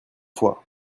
fois